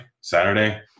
Saturday